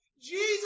Jesus